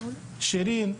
שירין,